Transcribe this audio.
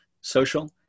social